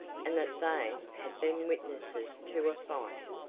and that they had been witnesses to a fight,